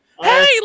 Hey